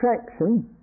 attraction